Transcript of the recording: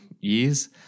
years